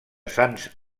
sants